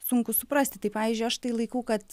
sunku suprasti tai pavyzdžiui aš tai laikau kad